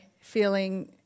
feeling